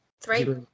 Three